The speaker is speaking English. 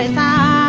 ah da